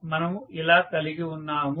మనము ఇలా కలిగి ఉన్నాము